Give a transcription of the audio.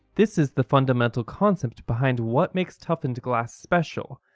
this is the fundamental concept behind what makes toughened glass special,